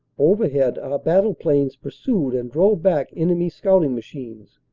overhead our battle planes pur sued and dr ove back enemy scouting machines,